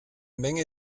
menge